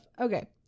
Okay